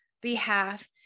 behalf